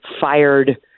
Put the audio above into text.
fired